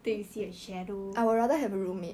then you see a shadow